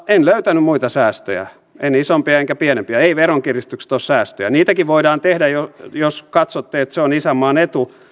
en löytänyt muita säästöjä en isompia enkä pienempiä eivät veronkiristykset ole säästöjä niitäkin voidaan tehdä jos katsotte että se on isänmaan etu